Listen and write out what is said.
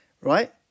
right